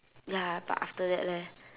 ya but after that leh